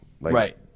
right